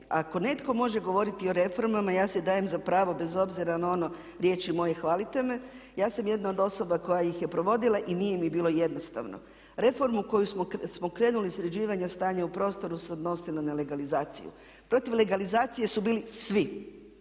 Ako netko može govoriti o reformama ja si dajem za pravo bez obzira na ono riječi moje hvalite me. Ja sam jedna od osoba koja ih je provodila i nije mi bilo jednostavno. Reformu koju smo krenuli sređivanja stanja u prostoru se odnosi na nelegalizaciju. Protiv legalizacije su bili svi.